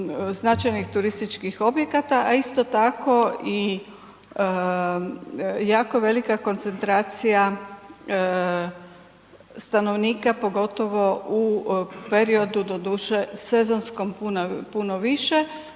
značajnih turističkih objekata a isto tako i jako velika koncentracija stanovnika pogotovo u periodu doduše sezonskom, puno više